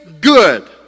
good